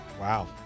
Wow